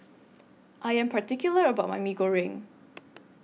I Am particular about My Mee Goreng